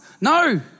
No